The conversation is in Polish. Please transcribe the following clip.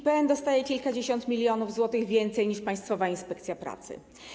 IPN dostaje kilkadziesiąt milionów złotych więcej niż Państwowa Inspekcja Pracy.